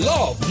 Love